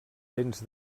dents